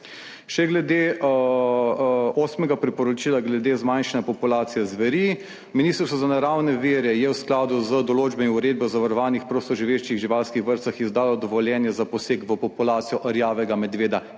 Še glede osmega priporočila glede zmanjšanja populacije zveri. Ministrstvo za naravne vire je v skladu z določbami uredbe o zavarovanih prostoživečih živalskih vrstah izdalo dovoljenje za poseg v populacijo rjavega medveda,